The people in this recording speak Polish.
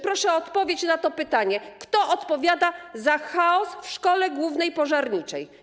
Proszę o odpowiedź na pytanie: Kto odpowiada za chaos w szkole głównej pożarniczej?